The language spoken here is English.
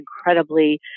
incredibly